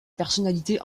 personnalité